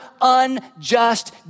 unjust